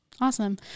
Awesome